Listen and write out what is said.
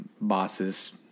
bosses